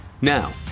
Now